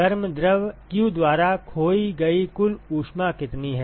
गर्म द्रव q द्वारा खोई गई कुल ऊष्मा कितनी है